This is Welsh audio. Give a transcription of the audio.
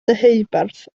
deheubarth